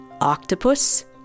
Octopus